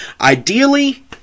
Ideally